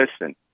listen